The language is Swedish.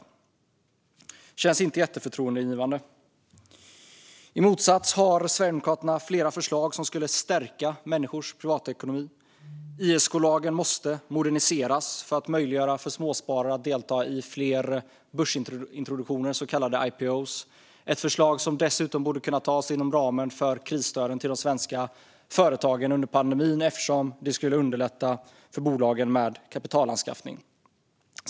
Det känns inte särskilt förtroendeingivande. I motsats till detta har Sverigedemokraterna flera förslag som skulle stärka människors privatekonomi. Till exempel måste ISK-lagen moderniseras för att möjliggöra för småsparare att delta i fler börsintroduktioner, så kallade IPO:er. Det är ett förslag som dessutom borde kunna hanteras inom ramen för krisstöden till de svenska företagen under pandemin, eftersom det skulle underlätta bolagens kapitalanskaffning.